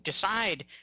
decide